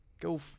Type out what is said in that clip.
go